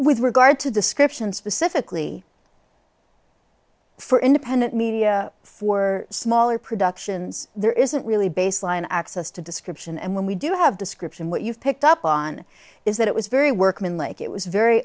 with regard to descriptions specifically for independent media for smaller productions there isn't really baseline access to description and when we do have description what you've picked up on is that it was very workman like it was very